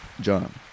John